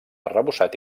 arrebossat